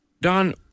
Don